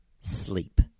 sleep